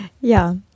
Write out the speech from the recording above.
Ja